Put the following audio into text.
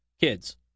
kids